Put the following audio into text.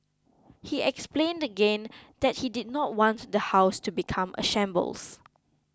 he explained again that he did not want the house to become a shambles